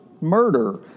murder